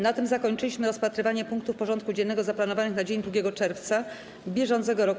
Na tym zakończyliśmy rozpatrywanie punktów porządku dziennego zaplanowanych na dzień 2 czerwca br.